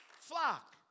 flock